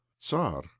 Tsar